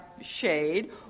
shade